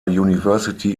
university